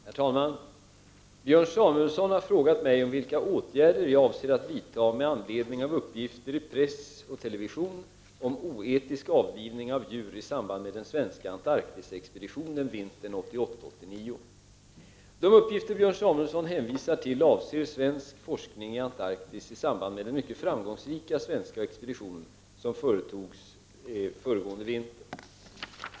Herr talman! Björn Samuelson har frågat mig vilka åtgärder jag avser att vidta med anledning av uppgifter i press och TV om oetisk avlivning av djur i samband med den svenska Antarktisexpeditionen vintern 1988-1989. De uppgifter Björn Samuelson hänvisar till avser svensk forskning i Antarktis i samband med den mycket framgångsrika svenska expedition som företogs föregående vinter.